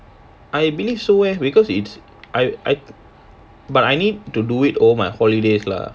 I believe so eh because it's I I but I need to do it on my holidays lah